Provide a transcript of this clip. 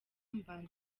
mbanze